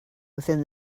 within